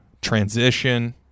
transition